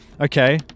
Okay